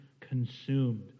consumed